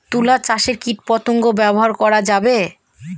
তুলা চাষে কীটপতঙ্গ ব্যবহার করা যাবে?